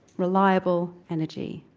reliable energy,